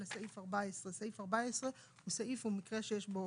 סעיף 14. סעיף 14 הוא סעיף במקרה שיש בו